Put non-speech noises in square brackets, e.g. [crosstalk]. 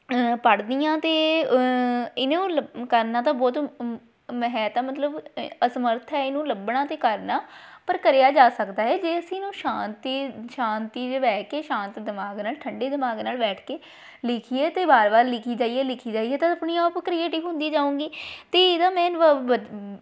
ਪੜਦੀ ਹਾਂ ਅਤੇ ਇਹਨੂੰ ਲ ਕਰਨਾ ਤਾਂ ਬਹੁਤ ਮ ਹੈ ਤਾਂ ਮਤਲਬ ਅਸਮਰਥ ਹੈ ਇਹਨੂੰ ਲੱਭਣਾ ਅਤੇ ਕਰਨਾ ਪਰ ਕਰਿਆ ਜਾ ਸਕਦਾ ਹੈ ਜੇ ਅਸੀਂ ਇਹਨੂੰ ਸ਼ਾਂਤੀ ਸ਼ਾਂਤੀ 'ਚ ਬਹਿ ਕੇ ਸ਼ਾਂਤ ਦਿਮਾਗ ਨਾਲ ਠੰਡੇ ਦਿਮਾਗ ਨਾਲ ਬੈਠ ਕੇ ਲਿਖੀਏ ਅਤੇ ਬਾਰ ਬਾਰ ਲਿਖੀ ਜਾਈਏ ਲਿਖੀ ਜਾਈਏ ਤਾਂ ਆਪਣੀ ਆਪ ਕਰੀਏਟਿੰਗ ਹੁੰਦੀ ਜਾਊਂਗੀ ਅਤੇ ਇਹਦਾ ਮੇਨ [unintelligible]